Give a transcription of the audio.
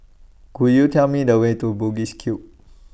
Could YOU Tell Me The Way to Bugis Cube